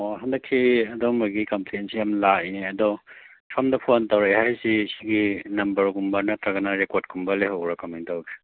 ꯑꯣ ꯍꯟꯗꯛꯁꯤ ꯑꯗꯨꯝꯕꯒꯤ ꯀꯝꯄ꯭ꯂꯦꯟꯁꯤ ꯌꯥꯝ ꯂꯥꯛꯏ ꯑꯗꯣ ꯁꯣꯝꯗ ꯐꯣꯟ ꯇꯧꯔꯛꯑꯦ ꯍꯥꯏꯁꯤ ꯁꯤꯒꯤ ꯅꯝꯕꯔꯒꯨꯝꯕ ꯅꯠꯇ꯭ꯔꯒꯅ ꯔꯦꯀꯣꯔꯠꯀꯨꯝꯕ ꯂꯩꯍꯧꯕ꯭ꯔꯥ ꯀꯃꯥꯏꯅ ꯇꯧꯏ